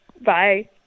Bye